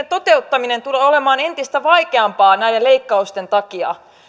toteuttaminen tulee olemaan entistä vaikeampaa näiden leikkausten takia